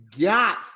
got